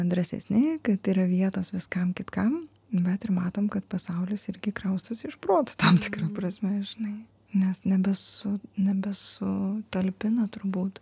drąsesni kad yra vietos viskam kitkam bet ir matom kad pasaulis irgi kraustosi iš proto tam tikra prasme žinai nes nebesu nebesutalpina turbūt